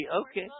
okay